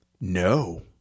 No